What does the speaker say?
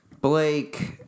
Blake